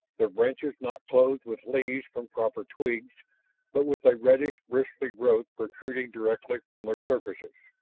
their branches not clothed with leaves from proper twigs but with a reddish bristly growth protruding directly from their surfaces,